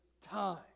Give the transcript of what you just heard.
time